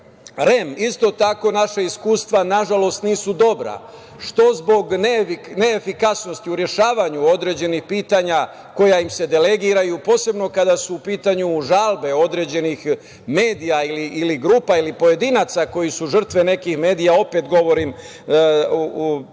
REM, naša iskustva, nažalost, nisu dobra što zbog neefikasnosti u rešavanju određenih pitanja koja im se delegiraju, posebno kada su u pitanju žalbe određenih medija ili grupa ili pojedinaca koji su žrtve nekih medija, opet govorim polazeći